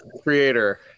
creator